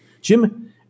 Jim